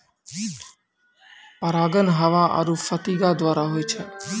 परागण हवा आरु फतीगा द्वारा होय छै